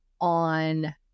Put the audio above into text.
on